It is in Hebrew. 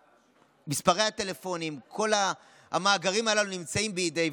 מספרי הטלפונים, כל המאגרים הללו נמצאים בידיהם.